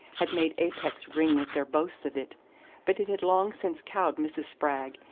had made apex ring with their boasts of it but it had long since cowed mrs. spragg,